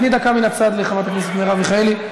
תני דקה מן הצד לחברת הכנסת מרב מיכאלי.